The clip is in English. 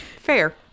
Fair